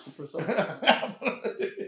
superstar